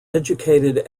educated